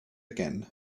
again